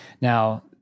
Now